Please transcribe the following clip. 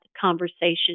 conversation